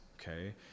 okay